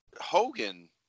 Hogan